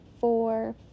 four